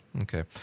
okay